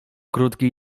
krótki